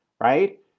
right